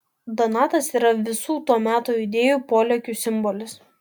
donatas yra visų to meto idėjų polėkių simbolis